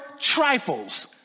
trifles